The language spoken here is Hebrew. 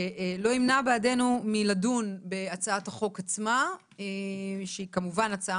זה לא ימנע בעדנו מלדון בהצעת החוק עצמה שהיא כמובן הצעה